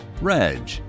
Reg